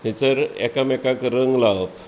थंयसर एकामेकाक रंग लावप